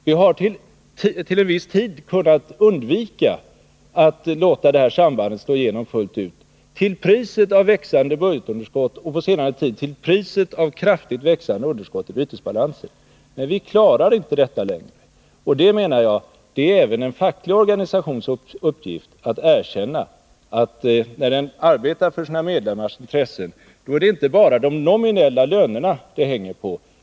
Vi har till en viss tid kunnat undvika att låta det sambandet slå igenom fullt ut, till priset av växande budgetunderskott och på senare tid till priset av kraftigt växande underskott i bytesbalansen. Men vi klarar inte detta längre, och jag menar att det är en facklig organisations uppgift att erkänna att när den arbetar för sina medlemmars intressen är det inte bara de nominella lönerna det handlar om.